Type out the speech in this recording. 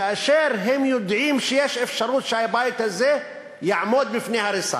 כאשר הם יודעים שהבית הזה יעמוד בפני הריסה.